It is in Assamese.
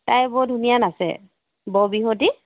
তাই বৰ ধুনীয়া নাচে বৰ বিহুৱতী